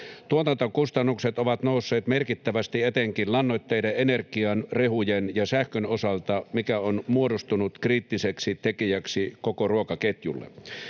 Tuotantokustannukset ovat nousseet merkittävästi etenkin lannoitteiden, energian, rehujen ja sähkön osalta, mikä on muodostunut kriittiseksi tekijäksi koko ruokaketjulle.